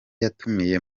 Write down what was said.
yatumiye